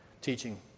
teaching